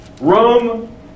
Rome